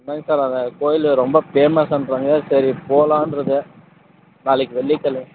என்னங்க சார் அது கோயில் ரொம்ப ஃபேமஸ்ஸான சரி போகலான்ருந்தேன் நாளைக்கு வெள்ளி கெழம